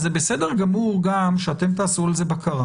אז זה בסדר גמור גם שאתם תעשו על זה בקרה